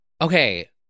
Okay